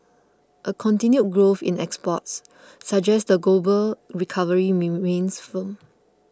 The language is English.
a continued growth in exports suggest the global recovery remains firm